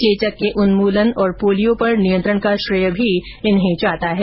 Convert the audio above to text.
चेचक के उन्मूलन और पोलियो पर नियंत्रण का श्रेय भी इन्हें जाता है